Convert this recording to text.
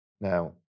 Now